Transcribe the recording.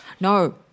No